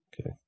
Okay